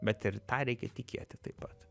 bet ir tą reikia tikėti taip pat